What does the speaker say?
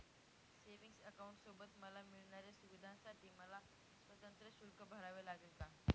Savings अकाउंटसोबत मला मिळणाऱ्या सुविधांसाठी मला स्वतंत्र शुल्क भरावे लागेल का?